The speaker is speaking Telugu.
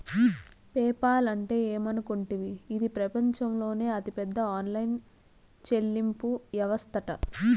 పేపాల్ అంటే ఏమనుకుంటివి, ఇది పెపంచంలోనే అతిపెద్ద ఆన్లైన్ చెల్లింపు యవస్తట